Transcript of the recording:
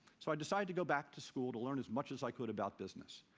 so i decided to go back to school to learn as much as i could about business.